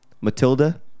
Matilda